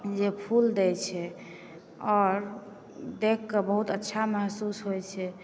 जे फूल दै छै आओर देखिकऽ बहुत अच्छा महसूस होइ छै